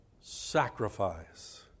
sacrifice